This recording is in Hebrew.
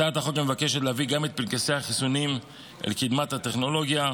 הצעת החוק מבקשת להביא גם את פנקסי החיסונים אל קדמת הטכנולוגיה,